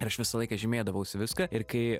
ir aš visą laiką žymėdavausi viską ir kai